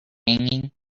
hanging